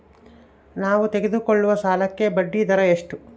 ನಾವು ತೆಗೆದುಕೊಳ್ಳುವ ಸಾಲಕ್ಕೆ ಬಡ್ಡಿದರ ಎಷ್ಟು?